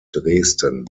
dresden